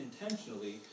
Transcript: intentionally